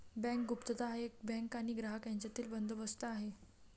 bank गुप्तता हा bank आणि ग्राहक यांच्यातील बंदोबस्त आहे